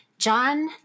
John